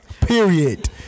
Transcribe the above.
Period